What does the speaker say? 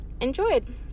enjoyed